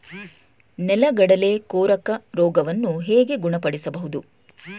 ನೆಲಗಡಲೆ ಕೊರಕ ರೋಗವನ್ನು ಹೇಗೆ ಗುಣಪಡಿಸಬಹುದು?